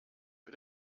für